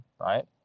right